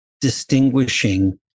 distinguishing